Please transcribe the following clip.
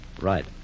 Right